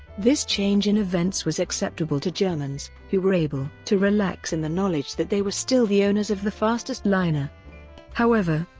this change in events was acceptable to germans, who were able to relax in the knowledge that they were still the owners of the fastest liner however,